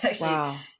Wow